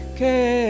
care